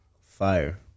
Fire